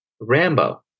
Rambo